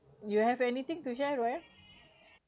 you have anything to share raya